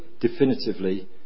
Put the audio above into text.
definitively